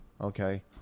Okay